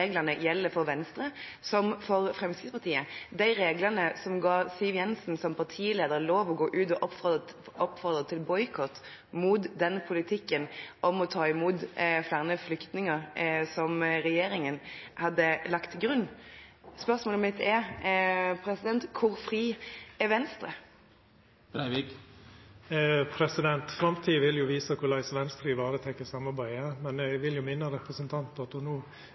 reglene gjelder for dem som for Fremskrittspartiet – de reglene som ga Siv Jensen som partileder lov til å gå ut og oppfordre til boikott av politikken om å ta imot flere flyktninger, som regjeringen hadde lagt til grunn? Spørsmålet mitt er: Hvor frie er Venstre? Framtida vil visa korleis Venstre varetek samarbeidet, men eg vil minna representanten